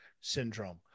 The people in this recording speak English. syndrome